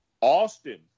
Austin